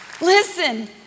listen